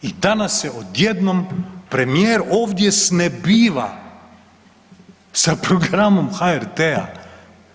I danas se odjednom premijer ovdje snebiva sa programom HRT-a.